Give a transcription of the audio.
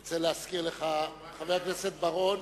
אני רוצה להזכיר לך, חבר הכנסת בר-און,